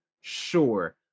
Sure